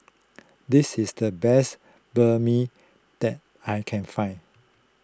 this is the best Banh Mi that I can find